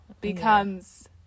becomes